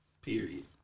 Period